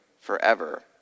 forever